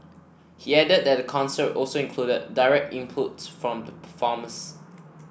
he added that the concert also included direct inputs from the performers